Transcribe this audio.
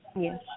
Yes